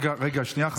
רגע, רגע, שנייה אחת.